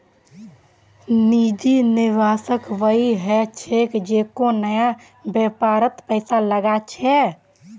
निजी निवेशक वई ह छेक जेको नया व्यापारत पैसा लगा छेक